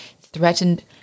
threatened